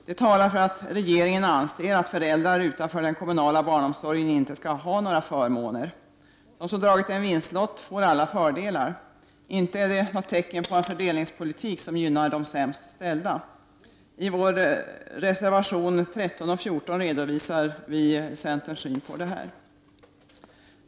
Det talar för att regeringen anser att föräldrar utanför den kommunala barnomsorgen inte skall ha några förmåner. De som dragit en vinstlott får alla fördelar. Det är inte något tecken på en fördel ningspolitik som gynnar de sämst ställda. I reservationerna 13 och 14 redovisas centerns syn på detta.